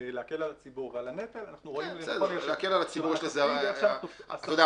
להקל על הציבור ועל הנטל אנחנו ראינו --- להקל על הציבור אתה יודע,